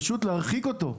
צריך פשוט להרחיק אותו,